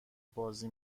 بازی